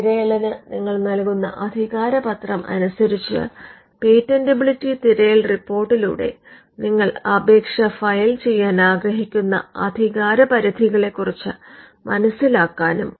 തിരയലിന് നിങ്ങൾ നൽകുന്ന അധികാരപത്രം അനുസരിച്ച് പേറ്റന്റബിലിറ്റി തിരയൽ റിപ്പോർട്ടിലൂടെ നിങ്ങൾ അപേക്ഷ ഫയൽ ചെയ്യാൻ ആഗ്രഹിക്കുന്ന അധികാരപരിധികളെക്കുറിച്ച് മനസിലാക്കാനും കഴിയും